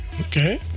Okay